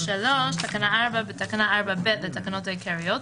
תיקון תקנה 4 3. בתקנה 4(ב) לתקנות העיקריות,